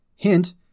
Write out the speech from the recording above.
Hint